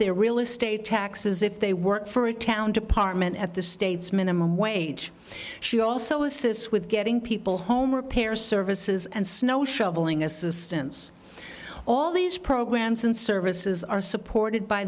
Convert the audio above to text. their real estate taxes if they work for a town department at the state's minimum wage she also assists with getting people home repair services and snow shoveling assistance all these programs and services are supported by